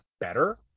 better